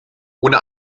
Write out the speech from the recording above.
ohne